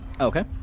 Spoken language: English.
okay